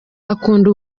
akunda